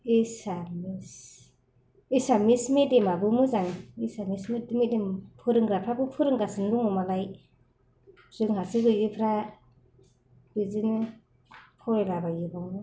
एसामिस एसामिस मिडियायाबो मोजां एसामिस मिडियाम फोरोंग्राफोराबो फोरोंगासिनो दं मालाय जोंहासो गैयैफोरा बिदिनो फरायलाबायो बेयावनो